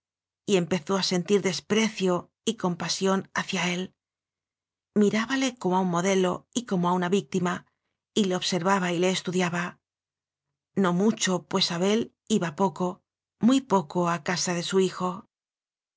esperaba y empezó'a sentir desprecio y compasión hacia él mirábale como a un modelo y como a una víctima y le observaba y le estudiaba no mucho pues abel iba poco muy poco a casa de su hijo